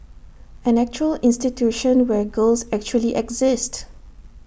an actual institution where girls actually exist